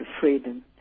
freedom